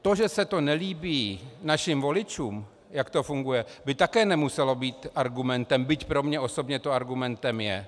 To, že se to nelíbí našim voličům, jak to funguje, by také nemuselo být argumentem, byť pro mne osobně to argumentem je.